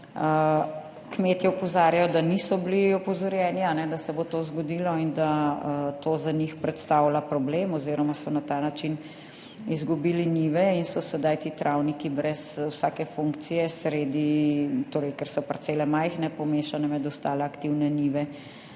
Kmetje opozarjajo, da niso bili opozorjeni, da se bo to zgodilo in da to za njih predstavlja problem oziroma so na ta način izgubili njive in so sedaj ti travniki brez vsake funkcije, ker so parcele majhne, pomešane med ostale aktivne njive